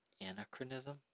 Anachronism